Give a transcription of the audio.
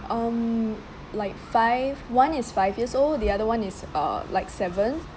um like five one is five years old the other one is err like seven